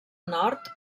nord